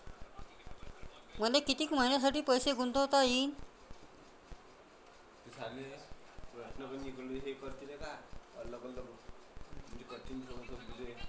मले कितीक मईन्यासाठी पैसे गुंतवता येईन?